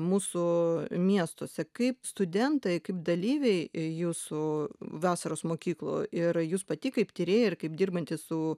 mūsų miestuose kaip studentai kaip dalyviai jūsų vasaros mokykloj ir jūs pati kaip tyrėja ir kaip dirbanti su